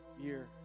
year